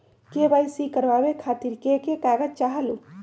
KYC करवे खातीर के के कागजात चाहलु?